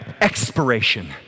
expiration